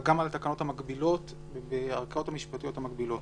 גם על התקנות המקבילות בערכאות המשפטיות המקבילות,